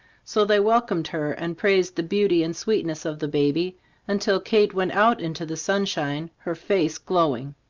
so they welcomed her, and praised the beauty and sweetness of the baby until kate went out into the sunshine, her face glowing.